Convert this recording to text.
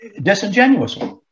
disingenuously